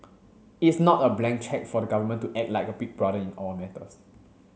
it's not a blank cheque for the government to act like a big brother in all matters